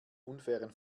unfairen